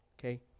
okay